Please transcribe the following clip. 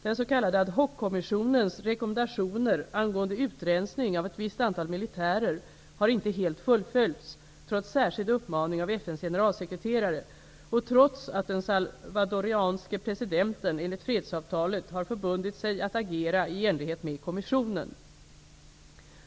Den s.k. ad hoc-kommissionens rekommendationer angående utrensning av ett visst antal militärer har inte helt fullföljts, trots särskild uppmaning av FN:s generalsekreterare och trots att den salvadoranske presidenten enligt fredsavtalet har förbundit sig att agera i enlighet med kommissionen.